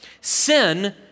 sin